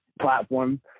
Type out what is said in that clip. platform